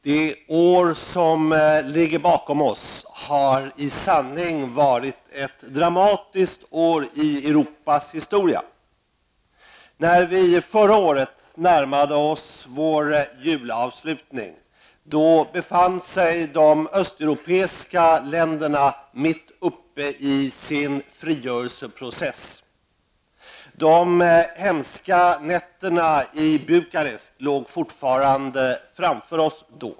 Herr talman! Det år som ligger bakom oss har i sanning varit ett dramatiskt år i Europas historia. När vi förra året närmade oss vår julavslutning befann sig de östeuropeiska länderna mitt uppe i sin frigörelseprocess. De hemska nätterna i Bukarest låg då fortfarande framför oss.